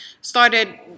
started